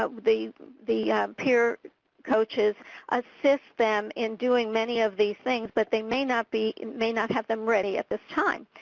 ah the the peer coaches assist them in doing many of these things but they may not be may not have them ready at this time.